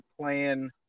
playing